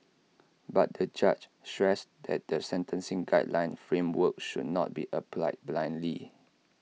but the judge stressed that the sentencing guideline framework should not be applied blindly